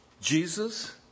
Jesus